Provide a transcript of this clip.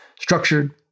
structured